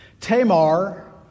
Tamar